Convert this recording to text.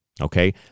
Okay